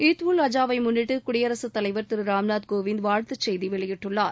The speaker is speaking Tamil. ஈத் உல் அஜாவை முன்னிட்டு குடியரசுத் தலைவர் திரு ராம்நாத் கோவிந்த் வாழ்த்துச் செய்தி வெளியிட்டுள்ளார்